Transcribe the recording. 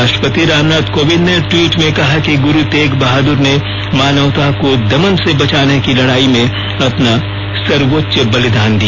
राष्ट्रपति रामनाथ कोविंद ने ट्वीट में कहा कि गुरुतेग बहादुर ने मानवता को दमन से बचाने की लड़ाई में अपना सर्वोच्च बलिदान दिया